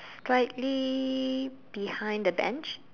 slightly behind the bench